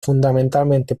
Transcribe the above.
fundamentalmente